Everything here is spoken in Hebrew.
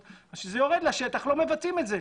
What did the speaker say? אבל כשזה יורד לשטח לא מבצעים את זה.